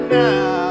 now